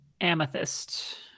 Amethyst